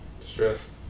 Stressed